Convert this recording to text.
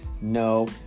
No